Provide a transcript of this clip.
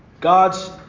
God's